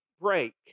break